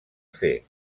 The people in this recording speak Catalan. fer